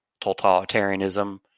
totalitarianism